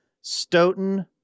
Stoughton